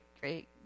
great